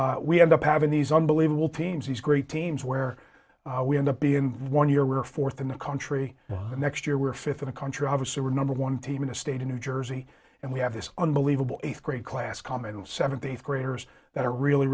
and we end up having these unbelievable teams these great teams where we end up being one year we're fourth in the country next year we're fifth in the country obviously we're number one team in a state in new jersey and we have this unbelievable eighth grade class common seventh eighth graders that are really